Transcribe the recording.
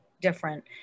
different